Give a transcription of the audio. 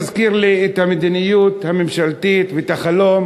מזכיר לי את המדיניות הממשלתית ואת חלום